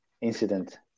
incident